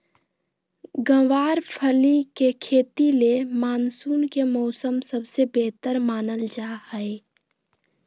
गँवार फली के खेती ले मानसून के मौसम सबसे बेहतर मानल जा हय